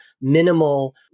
minimal